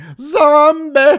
zombie